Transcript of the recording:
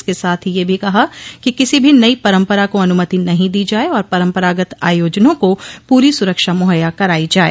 इसके साथ ही यह भी कहा कि किसी भी नई परम्परा को अनुमति नहीं दी जाये और परंपरागत आयोजनों को पूरी सुरक्षा मुहैया करायी जाये